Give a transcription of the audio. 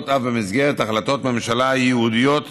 וזאת אף במסגרת החלטות ממשלה ייעודיות